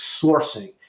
sourcing